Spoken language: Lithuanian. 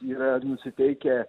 yra nusiteikę